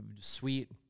sweet